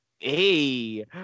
Hey